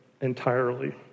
entirely